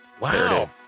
Wow